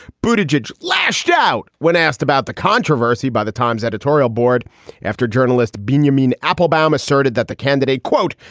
buthe jej lashed out when asked about the controversy by the times editorial board after journalist binyamin appelbaum asserted that the candidate, quote,